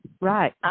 Right